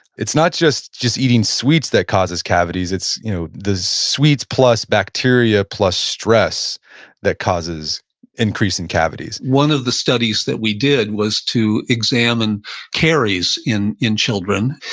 it's not just just eating sweets that causes cavities. it's you know the sweets plus bacteria plus stress that causes increase in cavities one of the studies that we did was to examine caries in in children,